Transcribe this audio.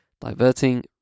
diverting